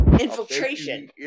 Infiltration